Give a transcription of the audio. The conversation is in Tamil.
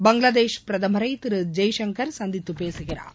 பங்களாதேஷ் பிரதமரை திரு ஜெய்சங்கர் சந்தித்து பேசுகிறார்